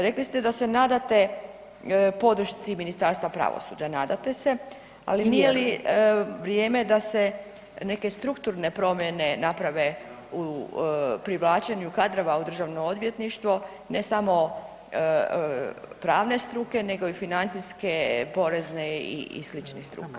Rekli ste da se nadate podršci Ministarstva pravosuđa, nadate se ali nije li vrijeme da se neke strukturne promjene naprave u privlačenju kadrova u Državno odvjetništvo ne samo pravne struke nego i financijske, porezne i sličnih struka?